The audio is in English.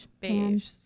beige